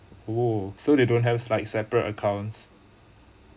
oh so they don't have like separate accounts